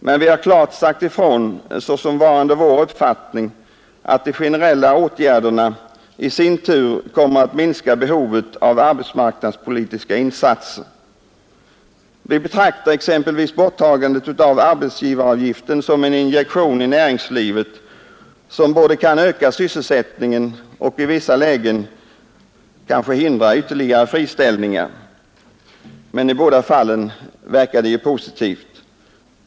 Men vi har klart sagt ifrån såsom varande vår uppfattning att de generella åtgärderna i sin tur kommer att minska behovet av arbetsmarknadspolitiska insatser. Vi betraktar exempelvis borttagandet av arbetsgivaravgiften som en injektion i näringslivet som både kan öka sysselsättningen och i vissa lägen kanske hindra ytterligare friställningar, men i båda fallen verkar det positivt.